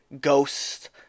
Ghost